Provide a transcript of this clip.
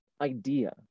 idea